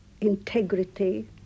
integrity